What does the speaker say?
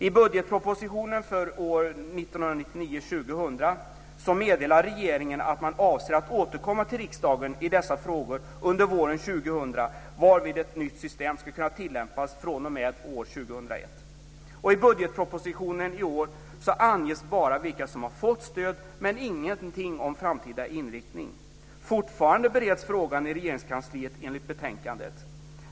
I budgetpropositionen för 1999/2000 meddelade regeringen att man avsåg att återkomma till riksdagen i dessa frågor under våren 2000 varvid ett nytt system skulle kunna tillämpas fr.o.m. år 2001. I budgetpropositionen i år anges bara vilka som har fått stöd, men det står ingenting om framtida inriktning. Fortfarande bereds frågan i Regeringskansliet, enligt betänkandet.